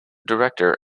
director